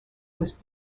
was